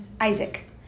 Isaac